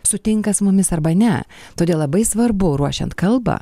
sutinka su mumis arba ne todėl labai svarbu ruošiant kalbą